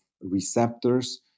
receptors